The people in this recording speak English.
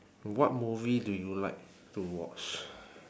what movie do you like to watch